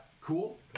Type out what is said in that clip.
Cool